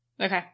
Okay